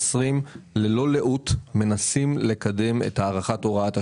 ללא לאות מנסים לקדם את הארכת הוראת השעה.